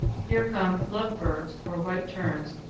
here come love birds or white terns,